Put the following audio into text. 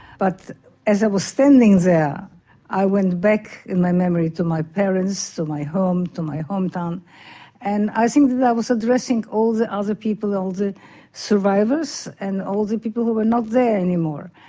but as i was standing there i went back in my memory to my parents, to my home, to my home town and i think i was addressing all the other people, all the survivors and all the people who were not there any more.